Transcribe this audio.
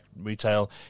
retail